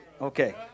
Okay